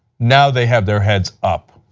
now they have their heads up.